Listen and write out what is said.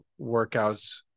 workouts